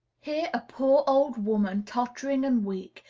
here a poor, old woman, tottering and weak,